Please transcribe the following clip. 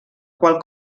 qual